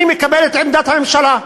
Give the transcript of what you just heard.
אני מקבל את עמדת הממשלה.